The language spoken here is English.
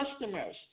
customers